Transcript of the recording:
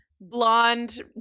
blonde